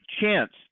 chance